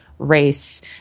race